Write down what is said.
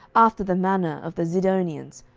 after the manner of the zidonians,